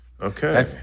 Okay